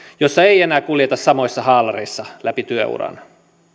jossa ei enää kuljeta samoissa haalareissa läpi työuran